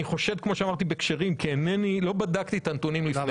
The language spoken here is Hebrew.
חושד בכשרים כי לא בדקתי את הנתונים לפני כן.